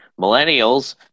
millennials